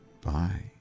Bye